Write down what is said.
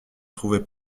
trouvez